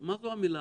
מה זה קוגנרציה?